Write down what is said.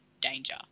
danger